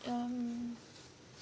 um